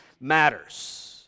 matters